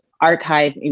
archive